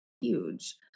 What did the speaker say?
huge